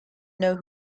know